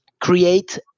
create